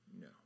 No